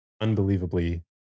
unbelievably